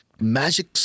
magic